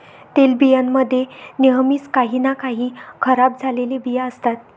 तेलबियां मध्ये नेहमीच काही ना काही खराब झालेले बिया असतात